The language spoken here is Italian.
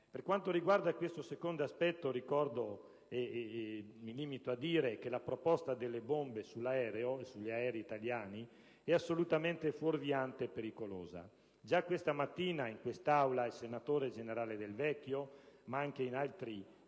Per quanto riguarda questo secondo aspetto, mi limito a dire che la proposta delle bombe sugli aerei italiani è assolutamente fuorviante e pericolosa. Già stamattina in quest'Aula il senatore generale Del Vecchio, ma anche altri tecnici